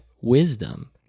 wisdom